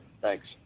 Thanks